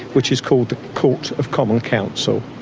which is called the court of common council.